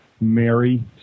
Mary